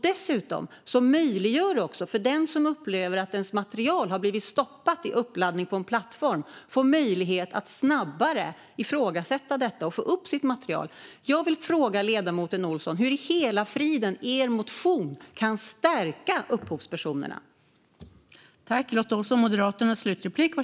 Dessutom gör det att personer som upplever att deras material blivit stoppat vid uppladdning på en plattform får möjlighet att snabbare ifrågasätta detta och få upp sitt material. Jag vill fråga ledamoten Olsson: Hur i hela friden kan er motion stärka upphovspersonerna?